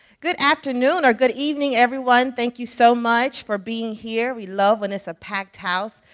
good afternoon or good evening, everyone. thank you so much for being here. we love when it's a packed house.